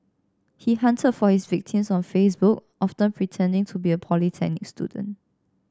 he hunted for his victims on Facebook often pretending to be a polytechnic student